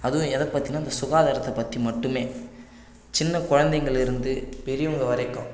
அதும் எதைப் பற்றினா இந்த சுகாதாரத்தை பற்றி மட்டுமே சின்னக் குழந்தைங்கலேருந்து பெரியவங்கள் வரைக்கும்